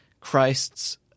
Christ's